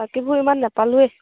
বাকীবোৰ ইমান নোলোঁয়েই